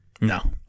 No